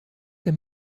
they